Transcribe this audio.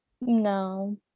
no